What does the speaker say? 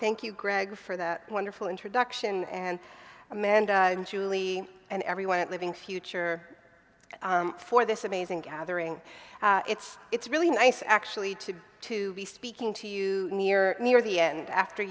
thank you greg for the wonderful introduction and amanda and julie and everyone at living future for this amazing gathering it's it's really nice actually to be to be speaking to you near near the end after